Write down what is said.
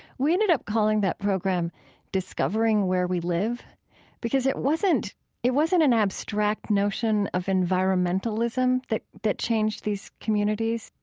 we ended up calling that program discovering where we live because it wasn't it wasn't an abstract notion of environmentalism that that changed these communities.